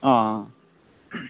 অঁ